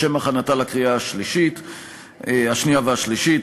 לשם הכנתה לקריאה שנייה ולקריאה שלישית.